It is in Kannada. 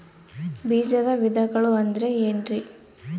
ಬೇಜದ ವಿಧಗಳು ಅಂದ್ರೆ ಏನ್ರಿ?